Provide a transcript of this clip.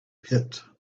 pit